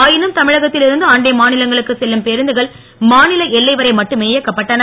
ஆயினும் தமிழகத்தில் இருந்து அண்டை மாநிலங்களுக்கு செல்லும் பேருந்துகள் மாநில எல்லை வரை மட்டுமே இயக்கப்பட்டன